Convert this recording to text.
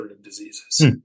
diseases